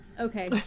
Okay